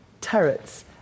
turrets